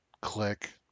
Click